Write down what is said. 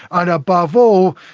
and above all,